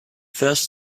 first